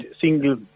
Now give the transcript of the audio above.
single